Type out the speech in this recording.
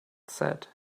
said